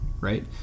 right